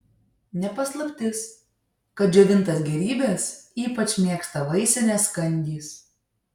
ne paslaptis kad džiovintas gėrybes ypač mėgsta vaisinės kandys